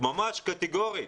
ממש קטגורית,